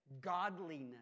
godliness